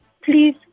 please